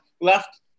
left